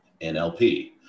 NLP